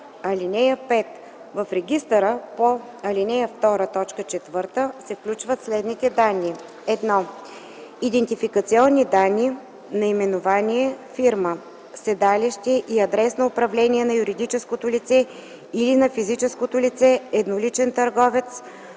вписване. (5) В регистъра по ал. 2, т. 4 се включват следните данни: 1. идентификационни данни – наименование (фирма), седалище и адрес на управление на юридическото лице или на физическото лице – едноличен търговец,